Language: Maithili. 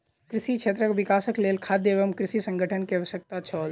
कृषि क्षेत्रक विकासक लेल खाद्य एवं कृषि संगठन के आवश्यकता छल